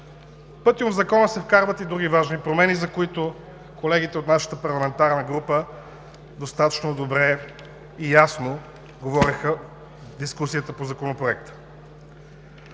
пътьом в Закона се вкарват и други важни промени, за които колегите от нашата парламентарна група достатъчно добре и ясно говориха в дискусията по Законопроекта.